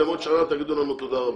אתם עוד שנה תגידו לנו תודה רבה,